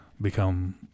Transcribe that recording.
become